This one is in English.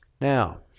Now